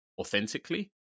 authentically